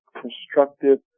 constructive